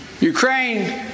Ukraine